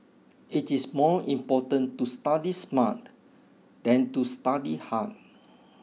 it is more important to study smart than to study hard